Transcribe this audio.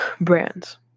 brands